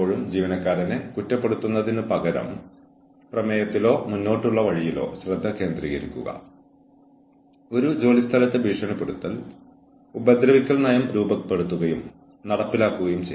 അതിനാൽ ജീവനക്കാരൻ പ്രതീക്ഷിക്കുന്നത് ചെയ്യാത്തതിനാൽ സ്ഥാപനത്തിന് സുഖകരമല്ലാത്ത പ്രക്രിയയാണ് ഇതെന്ന് ജീവനക്കാരൻ മനസ്സിലാക്കുന്നുവെന്ന് ഉറപ്പാക്കുക